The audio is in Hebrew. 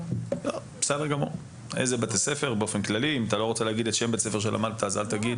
לא רוצה להגיד את שם בית הספר שלמדת, אל תגיד.